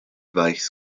weiß